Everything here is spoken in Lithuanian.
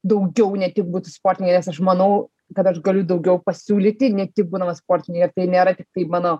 daugiau ne tik būti sportininke nes aš manau kad aš galiu daugiau pasiūlyti ne tik būdama sportininkė tai nėra tiktai mano